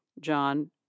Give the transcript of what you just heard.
John